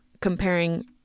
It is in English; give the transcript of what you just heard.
comparing